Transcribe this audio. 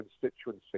constituency